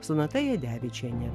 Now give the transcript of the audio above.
sonata jadevičienė